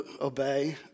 obey